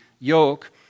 yoke